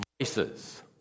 voices